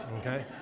okay